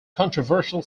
controversial